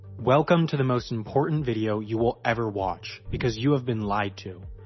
welcome to the most important video you will ever watch because you have been lied to.